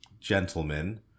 gentlemen